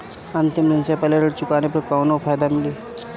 अंतिम दिन से पहले ऋण चुकाने पर कौनो फायदा मिली?